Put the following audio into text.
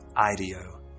IDEO